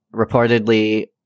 Reportedly